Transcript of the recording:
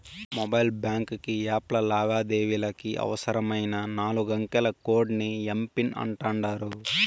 mobile banking యాప్ల లావాదేవీలకి అవసరమైన నాలుగంకెల కోడ్ ని ఎమ్.పిన్ అంటాండారు